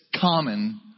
common